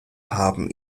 haben